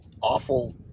awful